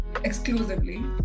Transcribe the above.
exclusively